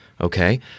okay